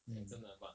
mm